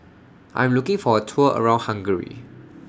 I'm looking For A Tour around Hungary